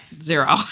zero